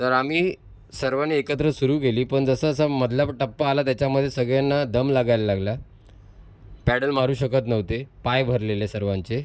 तर आम्ही सर्वांनी एकत्र सुरू केली पण जसं जसं मधला प टप्पा आला त्याच्यामध्ये सगळ्यांना दम लागायला लागला पॅडल मारू शकत नव्हते पाय भरलेले सर्वांचे